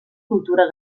cultura